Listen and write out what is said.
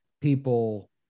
people